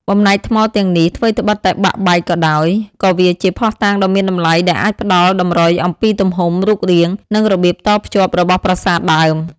បំណែកថ្មទាំងនេះ ថ្វីត្បិតតែបាក់បែកក៏ដោយ ក៏វាជាភស្តុតាងដ៏មានតម្លៃដែលអាចផ្តល់តម្រុយអំពីទំហំ រូបរាង និងរបៀបតភ្ជាប់របស់ប្រាសាទដើម។